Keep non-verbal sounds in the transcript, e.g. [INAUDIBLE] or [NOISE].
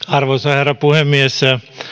[UNINTELLIGIBLE] arvoisa herra puhemies